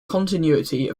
continuity